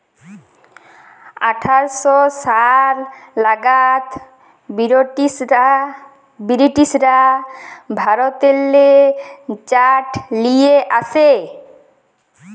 আঠার শ সাল লাগাদ বিরটিশরা ভারতেল্লে চাঁট লিয়ে আসে